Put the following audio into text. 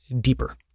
deeper